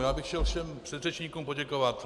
Já bych chtěl všem předřečníkům poděkovat.